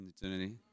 eternity